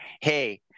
Hey